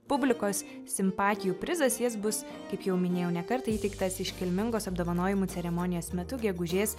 publikos simpatijų prizas jis bus kaip jau minėjau ne kartą įteiktas iškilmingos apdovanojimų ceremonijos metu gegužės